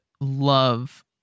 love